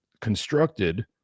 constructed